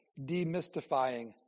demystifying